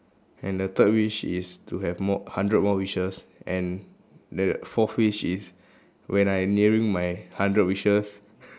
and the third wish is to have more hundred more wishes and then fourth wish is when I nearing my hundred wishes